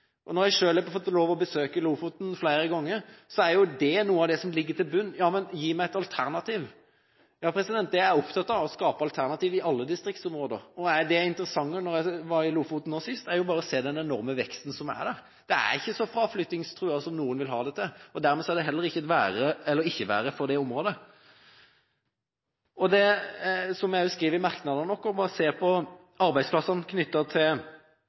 Når jeg selv har fått lov til å besøke Lofoten flere ganger, er det noe av det som ligger til grunn: Ja, men gi meg et alternativ. Jeg er opptatt av å skape alternativ i alle distriktsområder. Det interessante da jeg var i Lofoten sist, var å se den enorme veksten som er der. Det er ikke så fraflyttingstruet som noen vil ha det til. Dermed er det heller ikke et være eller ikke være for området. Som vi skriver i merknadene våre: Det er bare å se på arbeidsplassene knyttet til